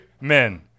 Men